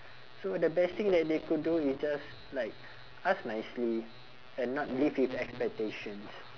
so the best thing that they could do is just like ask nicely and not live with expectations